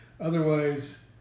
Otherwise